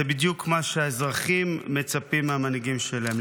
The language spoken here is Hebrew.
זה בדיוק מה שהאזרחים מצפים מהמנהיגים שלהם,